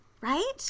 right